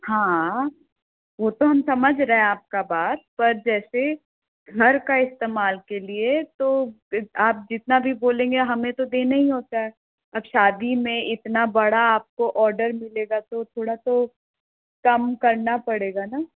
हाँ वह तो हम समझ रहे हैं आपका बात पर जैसे घर का इस्तेमाल के लिए तो आप जितना भी बोलेंगे हमें तो देने ही होगा अब शादी में इतना बड़ा आपको औडर मिलेगा तो थोड़ा तो कम करना पड़ेगा न